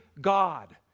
God